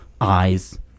eyes